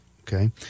okay